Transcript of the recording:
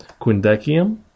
Quindecium